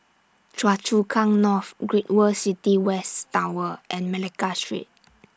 Choa Chu Kang North Great World City West Tower and Malacca Street